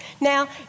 Now